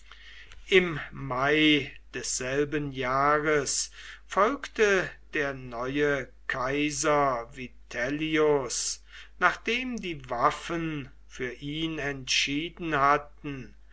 im mai desselben jahres folgte der neue kaiser vitellius nachdem die waffen für ihn entschieden hatten